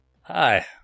Hi